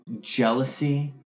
jealousy